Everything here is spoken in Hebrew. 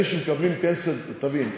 תבין,